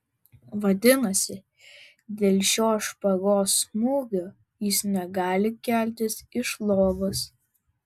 vadinasi dėl šio špagos smūgio jis negali keltis iš lovos